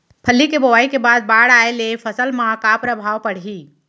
फल्ली के बोआई के बाद बाढ़ आये ले फसल मा का प्रभाव पड़ही?